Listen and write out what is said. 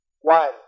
One